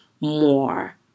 more